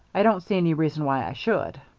i don't see any reason why i should.